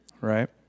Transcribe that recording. right